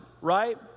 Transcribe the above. Right